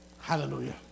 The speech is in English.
Hallelujah